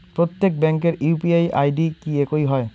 প্রত্যেক ব্যাংকের UPI ID কি একই হয়?